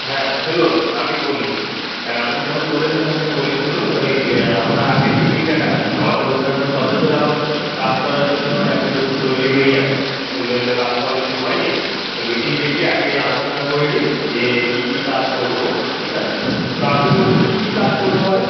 হ্যাঁ শুনুন আমি বলি আপনি যখন বলেছেন আমি বলি শুনুন ওই আমরা আগে মিটিংটা ডাকি আমাদের অন্যান্য সদস্যরাও কাজ করার জন্য একেবারে তৈরি হয়েই আছে উন্নয়নের কাজ তো অনেক দিন হয়নি তা মিটিং ডেকে আগে আলোচনা করে নিই যে কী কী কাজ করব ঠিক আছে তো আপনি বলুন কী কী কাজ করতে হবে